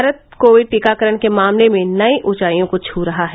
Bharat covid टीकाकरण के मामले में नई उंचाइयों को छू रहा है